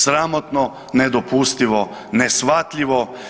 Sramotno, nedopustivo i neshvatljivo.